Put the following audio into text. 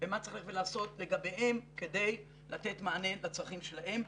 ומה צריך ללכת ולעשות לגביהם כדי לתת מענה לצרכים שלהם.